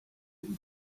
had